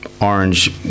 orange